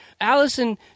Allison